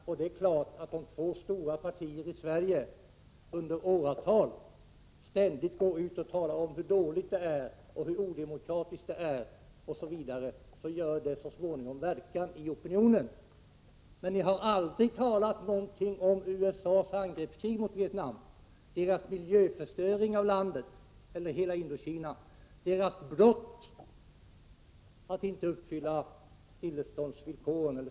Om två stora partier i Sverige i åratal ständigt går ut och talar om hur dåligt och odemokratiskt det är, gör det självfallet så småningom verkan i opinionen. Ni har aldrig sagt någonting om USA:s angreppskrig mot Vietnam, dess miljöförstöring i hela Indokina eller dess brott att inte uppfylla fredsvillkoren.